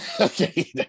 Okay